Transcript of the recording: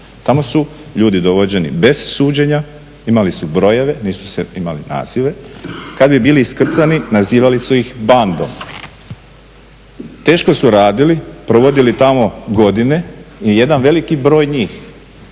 Tamo su ljudi dovođeni bez suđenja, imali su brojeve, nisu imali nazive. Kada bi bili iskrcani nazivali su ih bandom. Teško su radili, provodili tamo godine i jedan veliki broj njih